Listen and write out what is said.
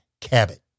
Cabot